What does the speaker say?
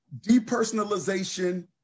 Depersonalization